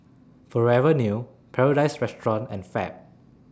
Forever New Paradise Restaurant and Fab